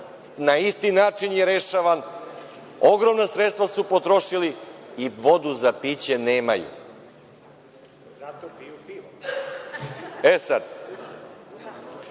na isti način je rešavan, ogromna sredstva su potrošili i vodu za piće nemaju.E sada,